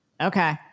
Okay